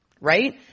Right